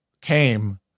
came